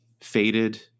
faded